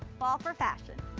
fall for fashion.